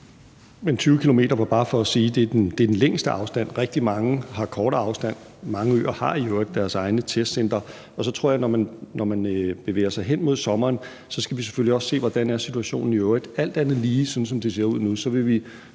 Men – bare lige for at sige det – 20 km er den længste afstand. Rigtig mange har kortere afstand, og mange øer har i øvrigt deres egne testcentre. Og så tror jeg, at når man bevæger sig hen mod sommeren, skal vi selvfølgelig også se, hvordan situationen i øvrigt er. Som det ser ud nu,